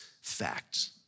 facts